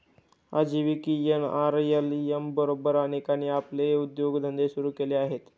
आजीविका एन.आर.एल.एम बरोबर अनेकांनी आपले उद्योगधंदे सुरू केले आहेत